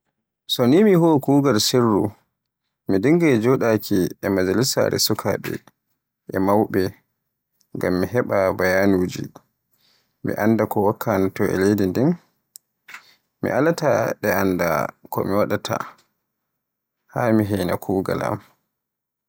So mi huwa kugaal sirruka mi dingay joɗaaki e majalisaare sukaaɓe e mawɓe ngam mi annda ko wakkanoto e leydi ndin. Mi alaata ɗe annda ko waɗaata ha mi eyna kugaal am.